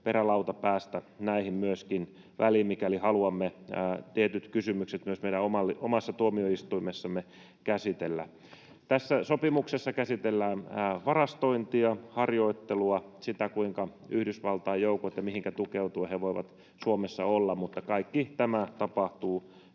perälauta päästä näihin myöskin väliin, mikäli haluamme tietyt kysymykset myös meidän omassa tuomioistuimessamme käsitellä. Tässä sopimuksessa käsitellään varastointia, harjoittelua ja sitä, kuinka ja mihinkä tukeutuen Yhdysvaltain joukot voivat Suomessa olla, mutta kaikki tämä tapahtuu